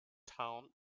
town